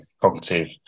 cognitive